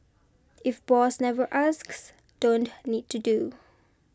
if boss never asks don't need to do